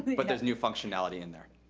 but there's new functionality in there.